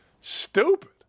Stupid